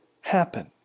happen